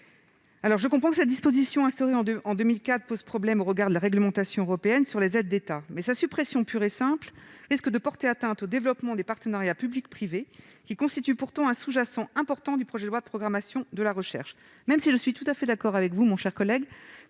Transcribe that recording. Je comprends que cette disposition, instaurée en 2004, pose problème au regard de la réglementation européenne sur les aides d'État, mais sa suppression pure et simple risque de porter atteinte au développement des partenariats public-privé, qui constituent pourtant un sous-jacent important du projet de loi de programmation de la recherche. Cela étant dit, mon cher collègue,